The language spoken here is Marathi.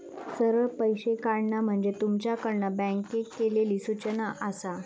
सरळ पैशे काढणा म्हणजे तुमच्याकडना बँकेक केलली सूचना आसा